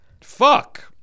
fuck